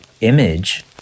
image